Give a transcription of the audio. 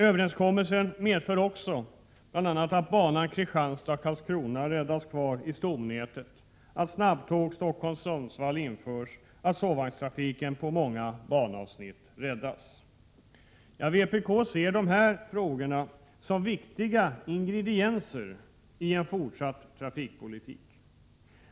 Överenskommelsen medför också bl.a. att banan Kristianstad—Karlskrona räddas kvar i stomnätet, att snabbtåg Stockholm— Sundsvall införs och att sovvagnstrafiken på många banavsnitt räddas. Vpk ser detta som viktiga ingredienser i en fortsatt trafikpolitik.